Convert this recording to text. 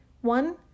One